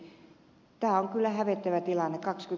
tämä on kyllä hävettävä tilanne